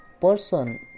person